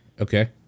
Okay